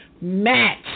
match